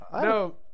No